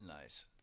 Nice